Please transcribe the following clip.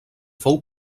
fou